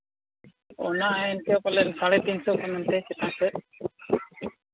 ᱚᱱᱟ ᱤᱱᱠᱟᱹ ᱯᱟᱞᱮᱱ ᱥᱟᱲᱮ ᱛᱤᱱ ᱥᱚ ᱠᱷᱚᱱ ᱚᱱᱛᱮ ᱪᱮᱛᱟᱱ ᱥᱮᱫ